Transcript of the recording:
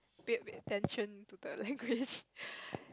pay a bit attention to the language